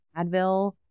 advil